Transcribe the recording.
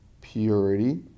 purity